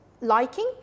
liking